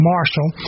Marshall